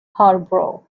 harborough